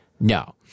No